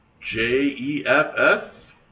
J-E-F-F